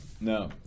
no